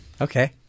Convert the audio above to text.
Okay